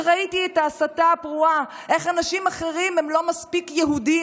וראיתי את ההסתה הפרועה: איך אנשים אחרים הם לא מספיק יהודים,